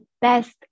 best